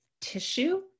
tissue